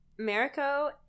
Mariko